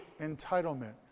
entitlement